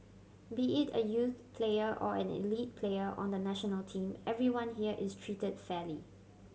be it a youth player or an elite player on the national team everyone here is treated fairly